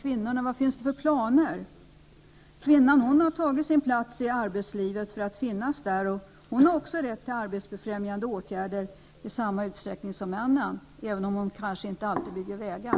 Kvinnan har ju tagit sin plats i arbetslivet för att finnas där. Hon har rätt till arbetsbefrämjande åtgärder i samma utsträckning som männen, även om hon kanske inte alltid bygger vägar.